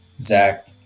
Zach